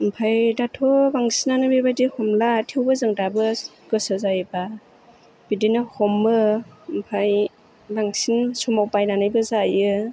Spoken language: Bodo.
ओमफाय दाथ' बांसिनानो बेबायदि हमला थेवबो जों दाबो गोसो जायोबा बिदिनो हमो ओमफ्राय बांसिन समाव बायनानैबो जायो